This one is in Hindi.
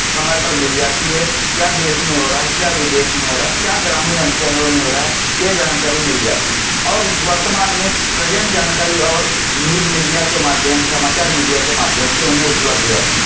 समय पर मिल जाती है क्या देश में हो रहा है क्या विदेश में हो रहा है क्या ग्रामीण इलाकों में हो रहा है यह जानकारी मिल जाती है और वर्तमान में प्रेजेंट जानकारी और न्यूज मीडिया के माध्यम समाचार मीडिया के माध्यम से उन्हें उपलब्ध हो जाती है